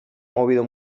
movido